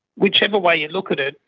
whichever way you look at it,